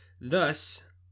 Thus